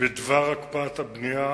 בדבר הקפאת הבנייה.